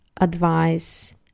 advice